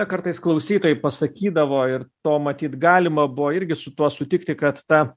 kartais klausytojai pasakydavo ir to matyt galima buvo irgi su tuo sutikti kad ta